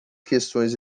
questões